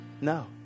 No